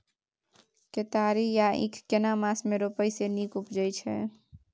केतारी या ईख केना मास में रोपय से नीक उपजय छै?